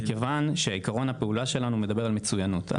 מכיוון שעקרון הפעולה שלנו מדבר על מצוינות.